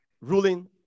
ruling